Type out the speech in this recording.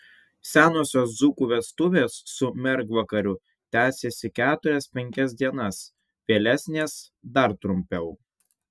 senosios dzūkų vestuvės su mergvakariu tęsėsi keturias penkias dienas vėlesnės dar trumpiau